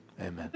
Amen